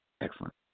Excellent